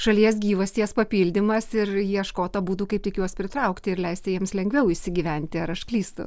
šalies gyvasties papildymas ir ieškota būdų kaip tik juos pritraukti ir leisti jiems lengviau įsigyventi ar aš klystu